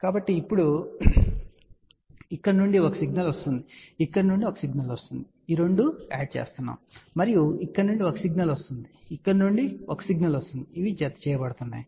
కాబట్టి ఇప్పుడు ఇక్కడ నుండి ఒక సిగ్నల్ వస్తోంది ఇక్కడ నుండి ఒక సిగ్నల్ వస్తోంది ఇవి జతచేయబడుతున్నాయి మరియు ఇక్కడ నుండి ఒక సిగ్నల్ వస్తోంది ఇక్కడ నుండి ఒక సిగ్నల్ వస్తోంది ఇవి జతచేయబడుతున్నాయి